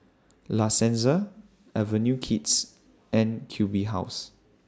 La Senza Avenue Kids and Q B House